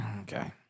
Okay